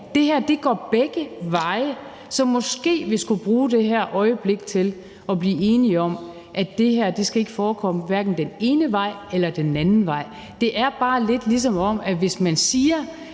Det her går begge veje. Så måske vi skulle bruge det her øjeblik til at blive enige om, at det her ikke skal forekomme – hverken den ene vej eller den anden vej. Det er bare lidt, som om det har en helt,